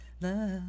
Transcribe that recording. love